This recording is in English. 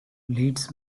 leeds